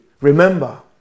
remember